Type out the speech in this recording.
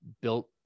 built